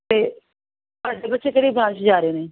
ਅਤੇ ਤੁਹਾਡੇ ਬੱਚੇ ਕਿਹੜੀ ਵੈਨ 'ਚ ਜਾ ਰਹੇ ਨੇ